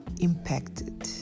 impacted